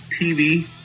TV